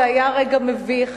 זה היה רגע מביך.